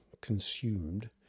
consumed